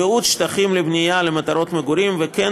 ייעוד שטחים לבנייה למטרות מגורים וכן